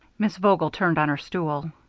miss vogel turned on her stool.